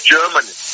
Germany